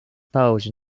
pose